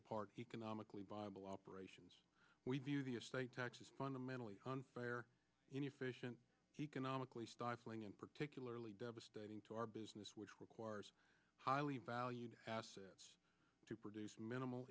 apart economically viable operations we view the estate tax is fundamentally unfair any efficient he canonically stifling and particularly devastating to our business which requires highly valued assets to produce minimal